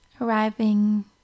arriving